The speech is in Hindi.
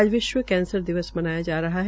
आज विश्व कैंसर दिवस मनाया जा रहा है